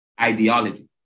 ideology